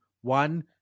One